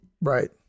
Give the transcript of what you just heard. Right